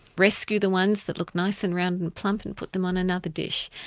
rescue the ones that look nice and round and plump and put them on another dish.